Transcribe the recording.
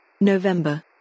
November